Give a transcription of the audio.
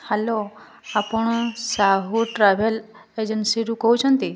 hello ଆପଣ Sahu travel ଏଜେନ୍ସିରୁ କହୁଛନ୍ତି